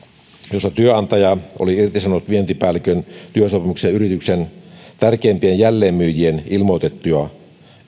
jossa työnantaja oli irtisanonut vientipäällikön työsopimuksen yrityksen tärkeimpien jälleenmyyjien ilmoitettua